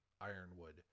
ironwood